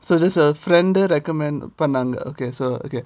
so that's a friend recommend பண்ணாங்க:pannanga okay so okay